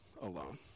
alone